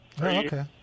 Okay